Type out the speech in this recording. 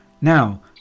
Now